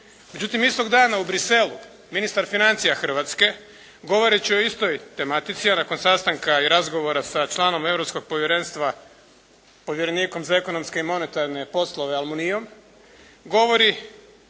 Međutim, istog dana u Bruxellesu ministar financija Hrvatske govoreći o istoj tematici, a nakon sastanka i razgovora sa članom Europskog povjerenstva, povjerenikom za ekonomske i monetarne poslove Almuniom govori,